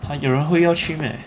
but 有人会要去 meh